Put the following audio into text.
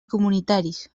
comunitaris